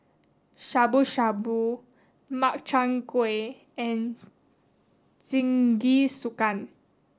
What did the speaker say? Shabu Shabu Makchang Gui and Jingisukan